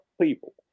people